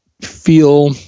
feel